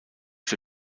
für